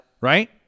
Right